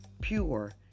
pure